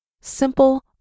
Simple